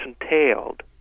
entailed